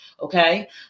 okay